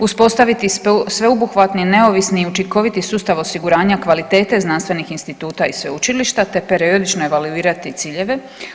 Uspostaviti sveobuhvatni neovisni i učinkoviti sustav osiguranja kvalitete znanstvenih instituta i sveučilišta, te periodično valuirati ciljeve.